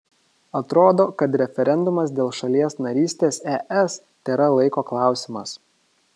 atrodo kad referendumas dėl šalies narystės es tėra laiko klausimas